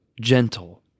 gentle